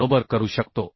बरोबर करू शकतो